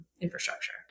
infrastructure